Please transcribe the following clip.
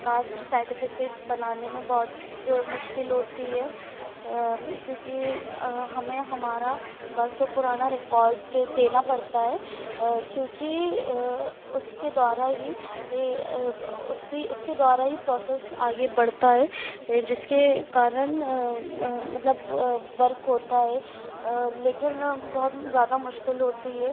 cast certificate बनाने में बहुत मुश्किल होती है क्योंकि हमें हमारा बरसों पुराना रिकॉर्ड देना पड़ता है क्योंकि उसके द्वारा ही ई उसी उसके द्वारा ही प्रोसेस आगे बढ़ता हे ए जिसके कारण मतलब वर्क होता है लेकिन अब बहुत ज़्यादा मुश्किल होती है